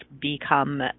become